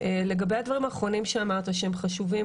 לגבי הדברים האחרונים שאמרת שהם חשובים,